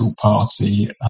party